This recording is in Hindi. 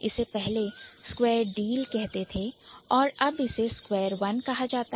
इसे पहले Square Deal कहते थे और अब इसे Square One कहां जाता है